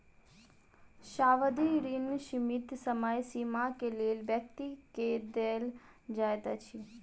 सावधि ऋण सीमित समय सीमा के लेल व्यक्ति के देल जाइत अछि